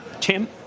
Tim